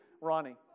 Ronnie